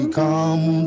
come